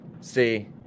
See